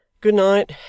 Good-night